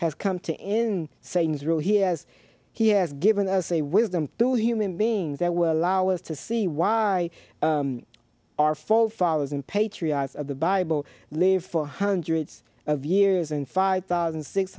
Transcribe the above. has come to end saying israel he has he has given us a wisdom through human beings that will allow us to see why our forefathers and patriarchs of the bible lived for hundreds of years and five thousand six